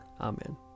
Amen